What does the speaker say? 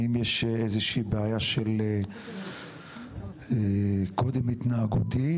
האם יש איזו שהיא בעיה של קודים התנהגותיים?